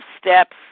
Steps